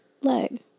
leg